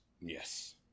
Yes